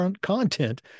content